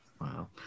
Wow